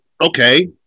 okay